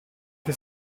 che